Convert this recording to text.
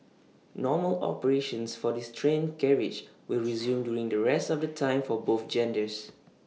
normal operations for these train carriages will resume during the rest of the times for both genders